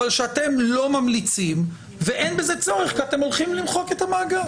אבל שאתם לא ממליצים ואין בזה צורך כי אתם הולכים למחוק את המאגר.